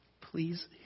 Please